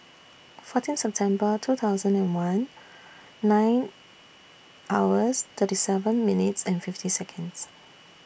fourteen September two thousand and one nine hours thirty seven minutes and fifty Seconds